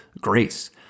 grace